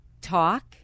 talk